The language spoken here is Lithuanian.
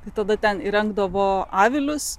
tai tada ten įrengdavo avilius